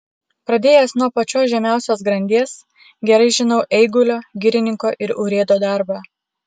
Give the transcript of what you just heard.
pradėjęs nuo pačios žemiausios grandies gerai žinau eigulio girininko ir urėdo darbą